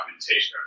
documentation